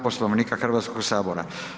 Poslovnika Hrvatskoga sabora.